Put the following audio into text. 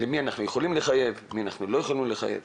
למי אנחנו יכולים לחייב, את מי לא יכולים לחייב.